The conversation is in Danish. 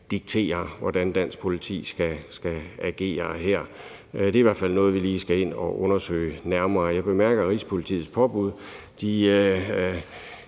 diktere, hvordan dansk politi skal agere her. Det er i hvert fald noget, vi lige skal ind og undersøge nærmere. Jeg bemærker, at Rigspolitiets påbud